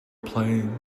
playing